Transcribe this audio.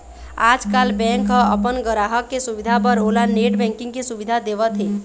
आजकाल बेंक ह अपन गराहक के सुबिधा बर ओला नेट बैंकिंग के सुबिधा देवत हे